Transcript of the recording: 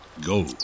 go